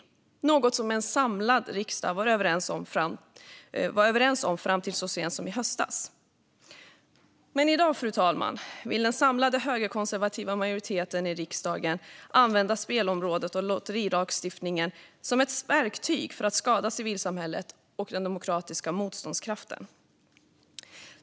Detta är något som en samlad riksdag var överens om fram till så sent som i höstas. Men i dag, fru talman, vill den samlade högerkonservativa majoriteten i riksdagen använda spelområdet och lotterilagstiftningen som ett verktyg för att skada civilsamhället och den demokratiska motståndskraften.